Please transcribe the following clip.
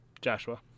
Joshua